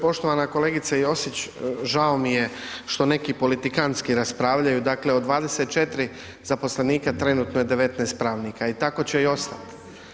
Poštovana kolegice Josić žao mi je što neki politikantski raspravljaju, dakle od 24 zaposlenika trenutno je 19 pravnika i tako će i ostati.